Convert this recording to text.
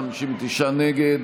59 נגד.